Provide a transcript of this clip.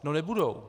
No nebudou.